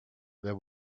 there